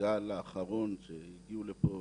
בגל האחרון שהגיעו לפה